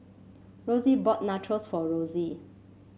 Rosy bought Nachos for Rosy